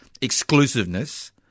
exclusiveness